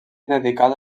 dedicada